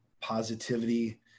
positivity